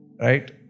Right